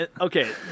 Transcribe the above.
Okay